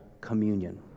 communion